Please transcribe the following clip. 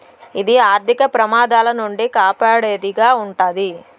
ఇది ఆర్థిక ప్రమాదాల నుండి కాపాడేది గా ఉంటది